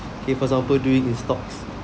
kay for example doing the stocks